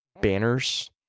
banners